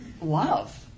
love